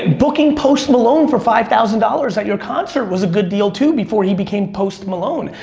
booking post malone for five thousand dollars at your concert was a good deal too before he became post malone.